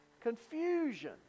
confusion